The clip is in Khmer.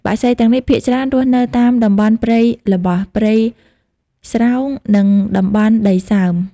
បក្សីទាំងនេះភាគច្រើនរស់នៅតាមតំបន់ព្រៃល្បោះ ព្រៃស្រោង និងតំបន់ដីសើម។